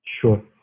Sure